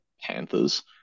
Panthers